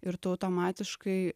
ir tu automatiškai